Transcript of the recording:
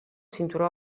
cinturó